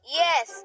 yes